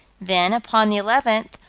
then, upon the eleventh,